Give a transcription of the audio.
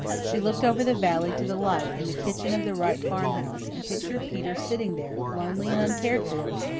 she looked over the valley to the light in the kitchen of the wright farmhouse, and pictured peter sitting there, lonely and uncared for,